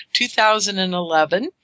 2011